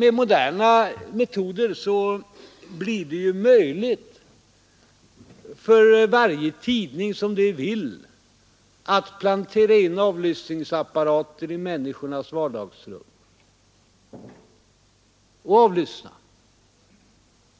Med modern teknik blir det ju möjligt för varje tidning som det vill att plantera in avlyssningsapparater i människornas vardagsrum och